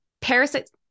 parasites